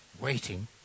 waiting